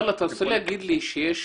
אתה רוצה לומר לי שיש